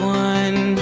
one